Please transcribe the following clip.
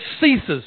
ceases